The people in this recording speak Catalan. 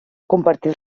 comparteix